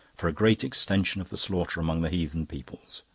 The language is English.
for a great extension of the slaughter among the heathen peoples.